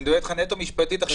אני מדבר איתך נטו משפטית עכשיו.